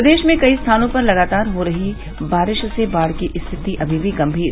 प्रदेश में कई स्थानों पर लगातार हो रही बारिश से बाढ़ की स्थिति अभी भी गंभीर